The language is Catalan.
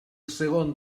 segon